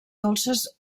dolces